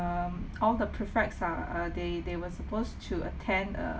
um all the prefects are uh they they were supposed to attend a